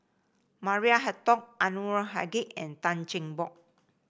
Maria Hertogh Anwarul Haque and Tan Cheng Bock